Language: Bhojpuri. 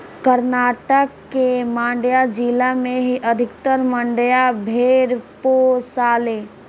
कर्नाटक के मांड्या जिला में ही अधिकतर मंड्या भेड़ पोसाले